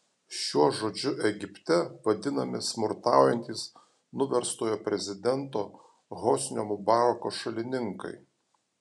šiuo žodžiu egipte vadinami smurtaujantys nuverstojo prezidento hosnio mubarako šalininkai